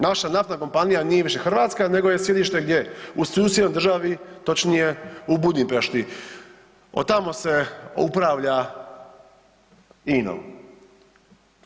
Naša naftna kompanija nije više hrvatska, nego je sjedište gdje u susjednoj državi točnije u Budimpešti, od tamo se upravlja INA-om.